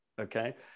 Okay